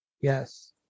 yes